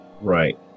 Right